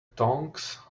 tongs